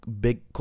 big